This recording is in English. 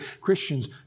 Christians